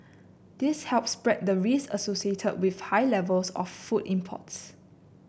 this helps spread the risks associated with high levels of food imports